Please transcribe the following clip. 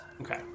okay